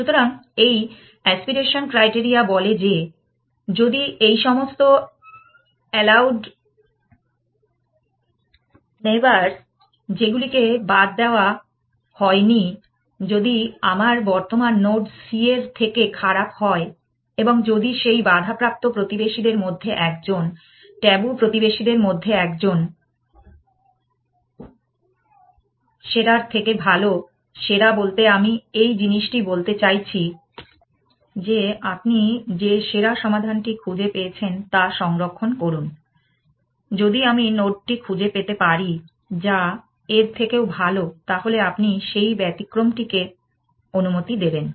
সুতরাং এই aspiration criteria বলে যে যদি এই সমস্ত আলাউড নেইবারস যেগুলিকে বাদ দেওয়া হয়নি যদি আমার বর্তমান নোড c এর থেকে খারাপ হয় এবং যদি সেই বাধাপ্রাপ্ত প্রতিবেশীদের মধ্যে একজন ট্যাবু প্রতিবেশীদের মধ্যে একজন সেরার থেকে ভাল সেরা বলতে আমি এই জিনিসটি বলতে চাইছি যে আপনি যে সেরা সমাধানটি খুঁজে পেয়েছেন তা সংরক্ষণ করুন যদি আমি নোডটি খুঁজে পেতে পারি যা এর থেকেও ভাল তাহলে আপনি সেই ব্যতিক্রমটিকে অনুমতি দেবেন